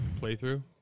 playthrough